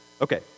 Okay